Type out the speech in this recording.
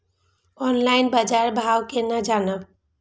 Online बाजार भाव केना जानब?